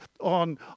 on